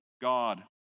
God